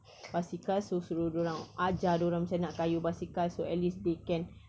basikal so suruh dia orang ajar dia orang macam mana nak kayuh basikal so at least they can